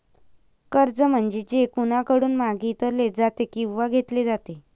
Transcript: कर्ज म्हणजे जे कोणाकडून मागितले जाते किंवा घेतले जाते